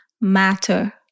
matter